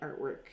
artwork